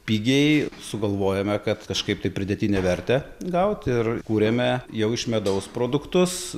pigiai sugalvojome kad kažkaip tai pridėtinę vertę gaut ir kuriame jau iš medaus produktus